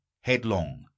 headlong